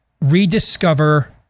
rediscover